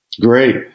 great